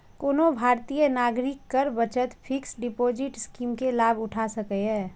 कोनो भारतीय नागरिक कर बचत फिक्स्ड डिपोजिट स्कीम के लाभ उठा सकैए